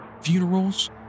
funerals